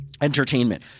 entertainment